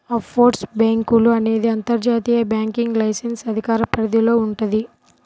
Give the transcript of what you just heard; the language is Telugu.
ఆఫ్షోర్ బ్యేంకులు అనేది అంతర్జాతీయ బ్యాంకింగ్ లైసెన్స్ అధికార పరిధిలో వుంటది